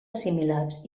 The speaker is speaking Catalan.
assimilats